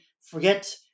forget